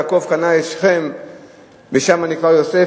יעקב קנה את שכם ושם נקבר יוסף,